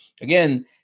again